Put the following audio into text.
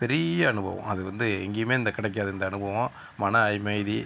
பெரிய அனுபவம் அது வந்து எங்கேயுமே இந்த கிடைக்காது இந்த அனுபவம் மன அமைதி